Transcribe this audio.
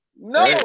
No